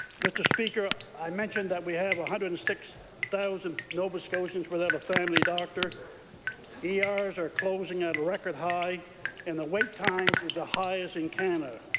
mr. speaker, i mentioned that we have one hundred and six thousand nova scotians without a family doctor ers are closing at a record high and the wait times are the highest in canada.